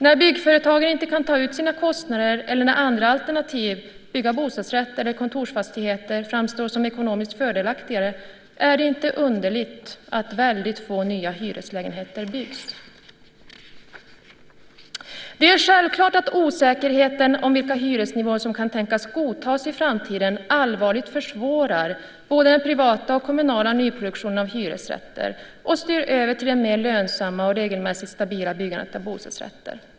När byggföretagen inte kan ta ut sina kostnader eller när andra alternativ - att bygga bostadsrätter eller kontorsfastigheter - framstår som ekonomiskt fördelaktigare är det inte underligt att väldigt få nya hyreslägenheter byggs. Det är självklart att osäkerheten om vilka hyresnivåer som kan tänkas godtas i framtiden allvarligt försvårar både den privata och den kommunala nyproduktionen av hyresrätten och styr över till det mer lönsamma och regelmässigt stabila byggandet av bostadsrätter.